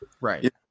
Right